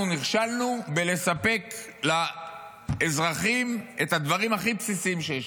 אנחנו נכשלנו בלספק לאזרחים את הדברים הכי בסיסיים שיש,